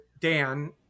Dan